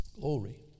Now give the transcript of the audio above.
Glory